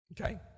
Okay